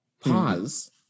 pause